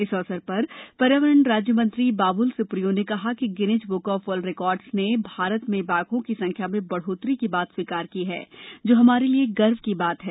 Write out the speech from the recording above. इस अवसर पर पर्यावरण राज्यमंत्री बाबुल सुप्रियो ने कहा कि Guinness book of world records ने भारत में बाघों की संख्या में बढोतरी की बात स्वीकार की है जो हमारे लिए गर्व का विषय है